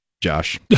Josh